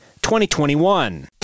2021